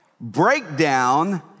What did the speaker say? Breakdown